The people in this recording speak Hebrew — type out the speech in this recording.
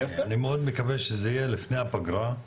אני מאוד מקווה שזה יהיה לפני הפגרה,